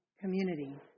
community